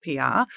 PR